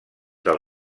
del